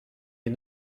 est